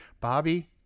bobby